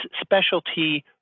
specialty